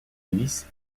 lisse